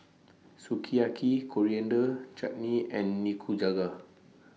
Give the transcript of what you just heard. Sukiyaki Coriander Chutney and Nikujaga